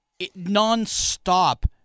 nonstop